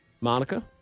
Monica